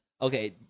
okay